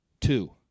two